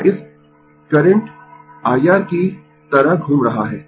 यह इस करंट है IR की तरह घूम रहा है